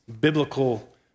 biblical